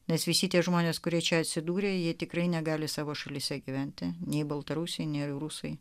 nes visi tie žmonės kurie čia atsidūrė jie tikrai negali savo šalyse gyventi nei baltarusiai nėra rusai